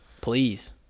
Please